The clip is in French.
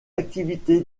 activité